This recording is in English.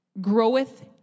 groweth